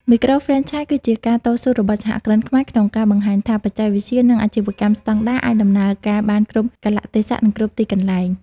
មីក្រូហ្វ្រេនឆាយគឺជាការតស៊ូរបស់សហគ្រិនខ្មែរក្នុងការបង្ហាញថា បច្ចេកវិទ្យា និងអាជីវកម្មស្ដង់ដារអាចដំណើរការបានគ្រប់កាលៈទេសៈ និងគ្រប់ទីកន្លែង។